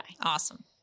Awesome